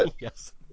Yes